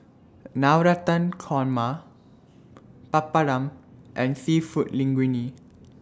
Navratan Korma Papadum and Seafood Linguine